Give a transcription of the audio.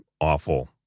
Awful